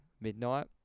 Midnight